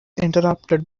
interrupted